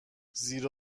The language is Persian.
زیر